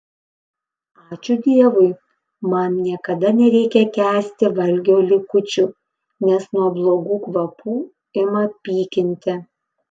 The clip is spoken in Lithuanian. ačiū dievui man niekada nereikia kęsti valgio likučių nes nuo blogų kvapų ima pykinti